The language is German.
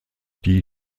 die